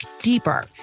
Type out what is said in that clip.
deeper